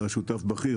אתה שותף בכיר,